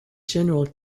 general